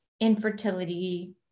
Infertility